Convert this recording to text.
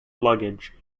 luggage